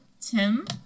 Tim